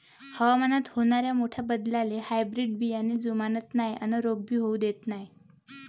हवामानात होनाऱ्या मोठ्या बदलाले हायब्रीड बियाने जुमानत नाय अन रोग भी होऊ देत नाय